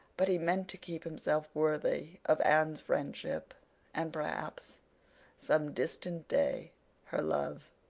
but he meant to keep himself worthy of anne's friendship and perhaps some distant day her love